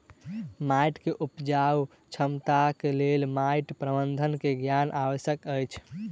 माइट के उपजाऊ क्षमताक लेल माइट प्रबंधन के ज्ञान आवश्यक अछि